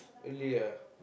really ah